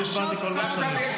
אני לא מבין.